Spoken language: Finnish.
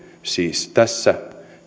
siis tässä